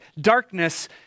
darkness